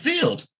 field